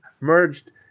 merged